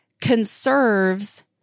conserves